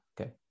Okay